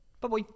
bye-bye